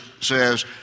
says